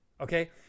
okay